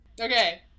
Okay